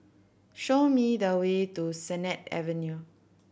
show me the way to Sennett Avenue